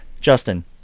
Justin